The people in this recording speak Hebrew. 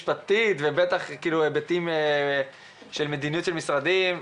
משפטית ובטח היבטים של מדיניות משרדים.